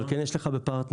אבל יש לך חבילה בפרטנר.